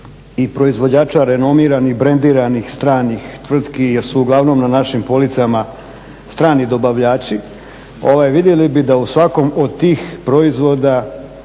i proizvođača renomiranih, brendiranih stranih tvrtki jer su uglavnom na našem policama strani dobavljači. Vidjeli bi da u svakom od tih proizvoda